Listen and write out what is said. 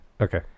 Okay